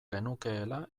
genukeela